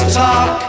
talk